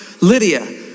Lydia